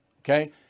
Okay